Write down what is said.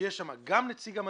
שיהיו בה גם נציג המנכ"ל,